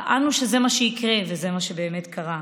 טענו שזה מה שיקרה, וזה מה שבאמת קרה.